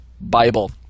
Bible